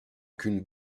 qu’une